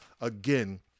again